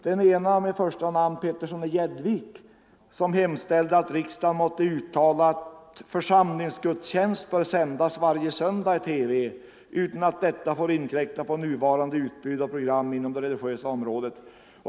Det första namnet på den ena var herr Petersson i Gäddvik, som hemställde att riksdagen måtte uttala att församlingsgudstjänst skulle sändas varje söndag i TV utan att detta fick inkräkta på dåvarande utbud av program på det religiösa området.